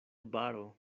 baro